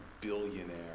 billionaire